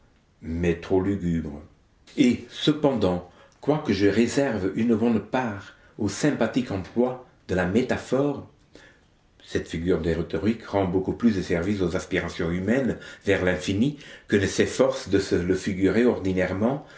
mais trop lugubres et cependant quoique je réserve une bonne part au sympathique emploi de la métaphore cette figure de réthorique rend beaucoup plus de services aux aspirations humaines vers l'infini que ne s'efforcent de se le figurer ordinairement